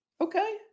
Okay